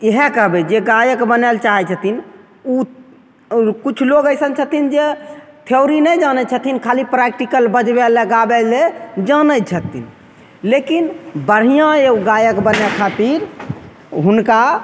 इएह कहबय जे गायक बनल चाहय छथिन उ किछु लोग अइसन छथिन जे थ्योरी नहि जानय छथिन खाली प्रैक्टिकल बजबय लए गाबयलए जानय छथिन लेकिन बढ़िआँ एगो गायक बनय खातिर हुनका